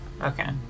Okay